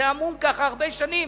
זה עמום ככה הרבה שנים,